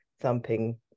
thumping